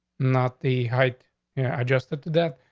not the height yeah adjusted to death.